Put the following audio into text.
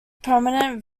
prominent